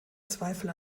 zweifel